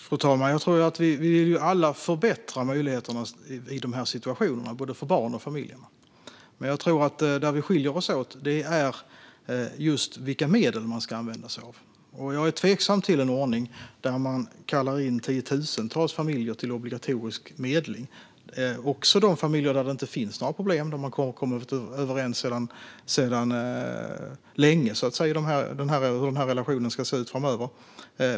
Fru talman! Vi vill alla förbättra möjligheterna i de här situationerna, för både barn och familjer. Men jag tror att det är just när det gäller vilka medel man ska använda sig av som vi skiljer oss åt. Jag är tveksam till en ordning där man kallar in tiotusentals familjer till obligatorisk medling - också de familjer där det inte finns några problem och man har kommit överens sedan länge om hur situationen ska se ut framöver.